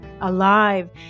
alive